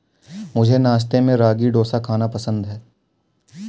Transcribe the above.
मुझे नाश्ते में रागी डोसा खाना पसंद है